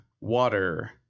water